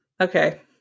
Okay